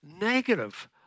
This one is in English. Negative